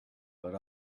but